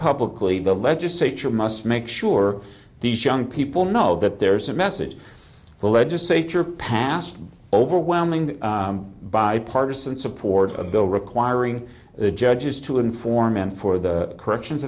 publicly the legislature must make sure these young people know that there's a message the legislature passed overwhelming bipartisan support a bill requiring judges to inform him for the corrections